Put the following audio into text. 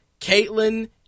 Caitlyn